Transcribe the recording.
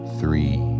three